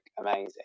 amazing